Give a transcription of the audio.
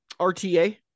RTA